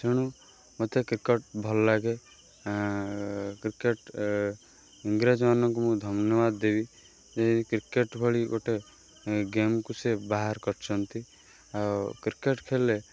ତେଣୁ ମତେ କ୍ରିକେଟ୍ ଭଲ ଲାଗେ କ୍ରିକେଟ୍ ଇଂରେଜମାନଙ୍କୁ ମୁଁ ଧନ୍ୟବାଦ ଦେବି ଯେ କ୍ରିକେଟ୍ ଭଳି ଗୋଟେ ଗେମ୍କୁ ସେ ବାହାର କରିଛନ୍ତି ଆଉ କ୍ରିକେଟ୍ ଖେଳିଲେ